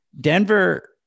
Denver